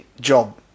job